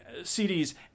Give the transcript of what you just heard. CDs